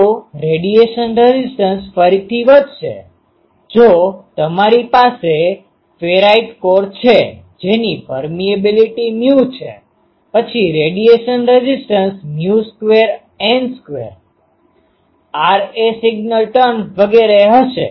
તો radiation resistance ફરીથી વધશે જો તમારી પાસે ફેરાઇટ કોર છે જેની પર્મિએબિલિટી permeabilityઅભેદ્યતા μ છે પછી radiation resistance μ2N2 Ra single turn વગેરે હશે